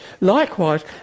Likewise